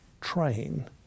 train